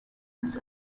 must